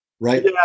Right